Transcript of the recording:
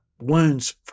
wounds